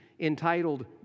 entitled